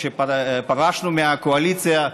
כשפרשנו מהקואליציה,